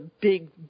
big